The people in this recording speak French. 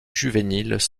juvéniles